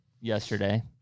yesterday